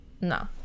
No